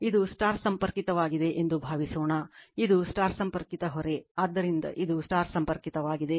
ಇದು Star ಸಂಪರ್ಕಿತವಾಗಿದೆ ಎಂದು ಭಾವಿಸೋಣ ಇದು Star ಸಂಪರ್ಕಿತ ಹೊರೆ ಆದ್ದರಿಂದ ಇದು Star ಸಂಪರ್ಕಿತವಾಗಿದೆ